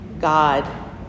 God